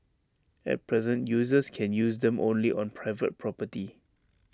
at present users can use them only on private property